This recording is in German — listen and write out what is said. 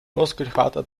muskelkater